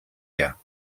year